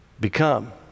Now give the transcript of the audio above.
become